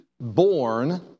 born